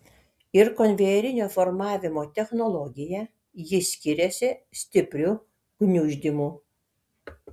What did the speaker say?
ir konvejerinio formavimo technologija ji skiriasi stipriu gniuždymu